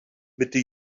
mitte